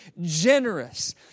generous